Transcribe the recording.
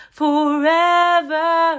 forever